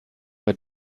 bei